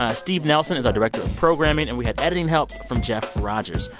ah steve nelson is our director of programming, and we had editing help from jeff rogers.